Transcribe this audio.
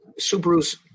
Subaru's